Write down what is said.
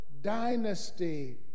dynasty